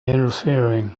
interfering